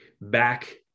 back